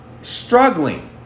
Struggling